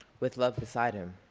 with love beside him,